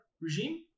regime